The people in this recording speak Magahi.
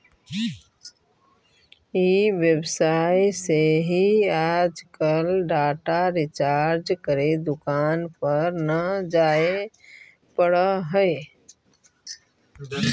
ई व्यवसाय से ही आजकल डाटा रिचार्ज करे दुकान पर न जाए पड़ऽ हई